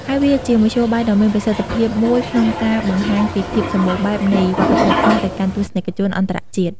ហើយវាជាមធ្យោបាយដ៏មានប្រសិទ្ធភាពមួយក្នុងការបង្ហាញពីភាពសម្បូរបែបនៃវប្បធម៌ខ្មែរទៅកាន់ទស្សនិកជនអន្តរជាតិ។